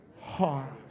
heart